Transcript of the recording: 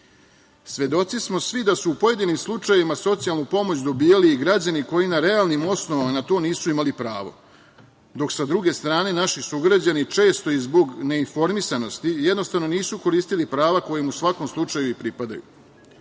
nalazi. Svedoci smo svi da su u pojedinim slučajevima socijalnu pomoć dobijali i građani koji na realnim osnovama na to nisu imali pravo, dok sa druge strane naši sugrađani često i zbog neinformisanosti, jednostavno nisu koristili prava koja im u svakom slučaju pripadaju.